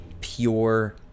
pure